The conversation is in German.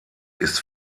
ist